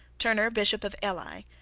turner, bishop of ely,